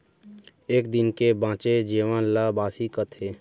एक दिन के बांचे जेवन ल बासी कथें